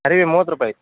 ಹರಿವೆ ಮೂವತ್ತು ರೂಪಾಯಿ